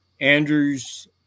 Andrew's